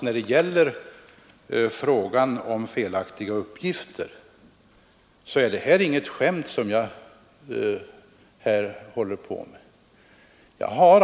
När det gäller frågan om felaktiga uppgifter vill jag bara ha sagt att jag inte står här och skämtar.